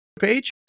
page